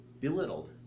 belittled